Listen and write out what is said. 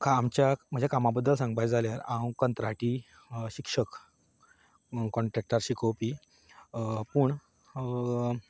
आमच्या म्हज्या कामा बद्दल सांगपाचें जाल्यार हांव कंत्राटी शिक्षक कॉन्ट्रेक्टार शिकोवपी पूण